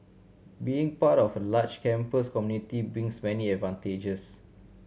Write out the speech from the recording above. being part of a large campus community brings many advantages